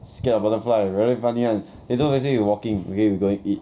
scared of butterfly very funny [one] okay so basically we walking okay we going eat